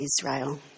Israel